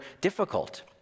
difficult